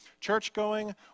church-going